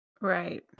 right